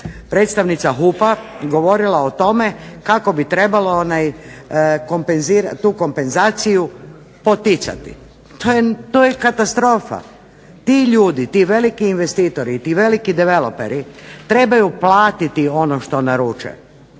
predstavnica HUP-a govorila o tome kako bi trebalo tu kompenzaciju poticati. To je katastrofa. Ti ljudi, ti veliki investitori, ti veliki developeri trebaju platiti ono što naruče,